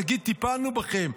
ונגיד: טיפלנו בכם.